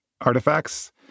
artifacts